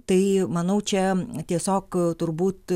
tai manau čia tiesiog turbūt